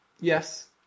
yes